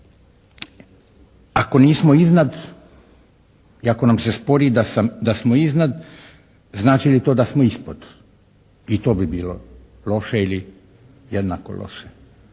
Ako nismo iznad i ako nam se spori da smo iznad znači li to da smo ispod. I to bi bilo loše ili jednako loše.